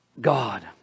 God